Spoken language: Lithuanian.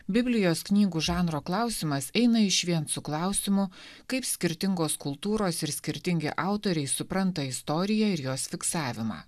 biblijos knygų žanro klausimas eina išvien su klausimu kaip skirtingos kultūros ir skirtingi autoriai supranta istoriją ir jos fiksavimą